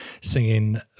singing